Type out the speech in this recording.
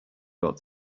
got